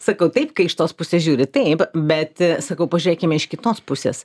sakau taip kai iš tos pusės žiūri taip bet sakau pažiūrėkime iš kitos pusės